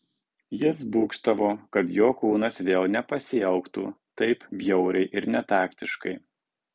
jis būgštavo kad jo kūnas vėl nepasielgtų taip bjauriai ir netaktiškai